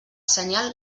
senyal